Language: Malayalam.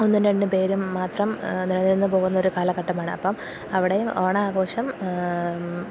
ഒന്നും രണ്ടു പേരും മാത്രം നിലനിന്നു പോകുന്ന ഒരു കാലഘട്ടമാണ് അപ്പോള് അവിടെ ഓണഘോഷം